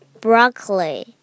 broccoli